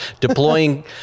deploying